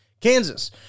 Kansas